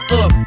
up